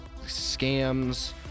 scams